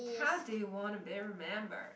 how do you want to be remember